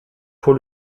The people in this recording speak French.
pour